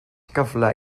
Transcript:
gyfle